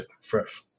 fresh